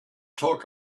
talk